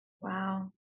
Wow